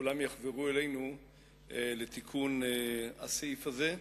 כולן יחברו אלינו לתיקון הסעיף הזה,